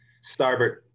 Starboard